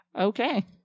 Okay